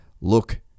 look